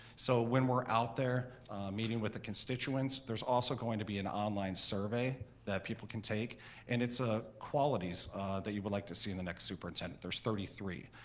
so when we're out there meeting with the constituents there's also going to be an online survey that people can take and it's ah qualities that you would like to see in the next superintendent. there's thirty three,